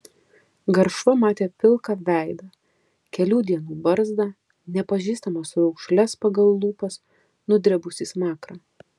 garšva matė pilką veidą kelių dienų barzdą nepažįstamas raukšles pagal lūpas nudribusį smakrą